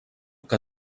que